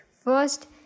First